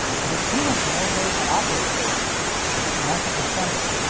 and there's pretty much no way to operate this unless it's assembled.